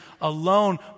alone